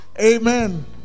Amen